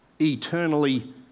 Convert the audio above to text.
eternally